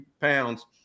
pounds